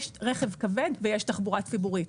יש רכב כבד ויש תחבורה ציבורית.